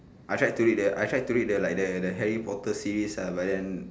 I tried to read the I tried to read the like the the Harry Potter series ah but then